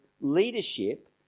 leadership